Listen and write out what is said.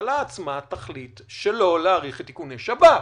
הממשלה עצמה תחליט שלא להאריך את איכוני השב"כ.